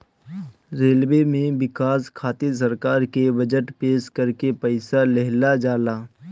railway में बिकास खातिर सरकार के बजट पेश करके पईसा लेहल जाला